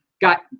got